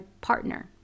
partner